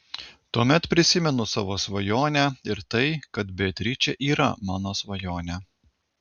tuomet prisimenu savo svajonę ir tai kad beatričė yra mano svajonė